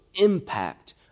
impact